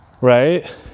Right